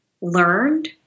learned